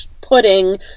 pudding